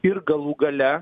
ir galų gale